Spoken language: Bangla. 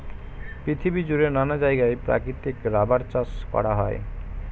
পৃথিবী জুড়ে নানা জায়গায় প্রাকৃতিক রাবার চাষ করা হয়